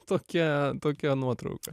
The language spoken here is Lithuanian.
tokia tokia nuotrauka